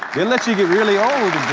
they let you get really old